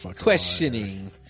questioning